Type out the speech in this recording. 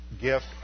gift